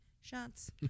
shots